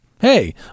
Hey